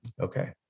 Okay